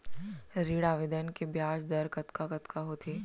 ऋण आवेदन के ब्याज दर कतका कतका होथे?